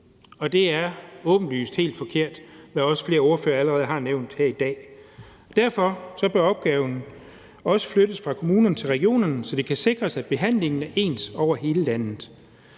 og det er åbenlyst forkert, hvad også flere ordførere allerede har nævnt her i dag. Derfor bør opgaven også flyttes fra kommunerne til regionerne, så det kan sikres, at behandlingen er ens over hele landet.